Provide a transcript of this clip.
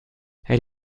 elle